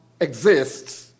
exists